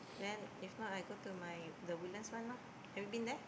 then if not I go to my the Woodlands one lah have you been there